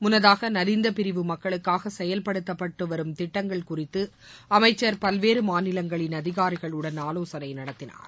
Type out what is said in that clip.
முன்னதாக நலிந்த பிரிவு மக்களுக்காக செயல்படுத்தப்பட்டு வரும் திட்டங்கள் குறித்து அமைச்சர் பல்வேறு மாநிலங்களின் அதிகாரிகளுடன் ஆலோசனை நடத்தினார்